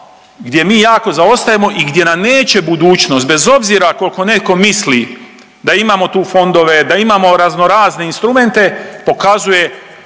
gdje mi jako zaostajemo i gdje nam neće budućnost bez obzira koliko netko misli da imamo tu fondove, da imamo razno razne instrumente pokazuje